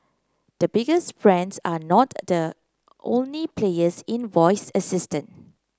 the biggest brands are not the only players in voice assistant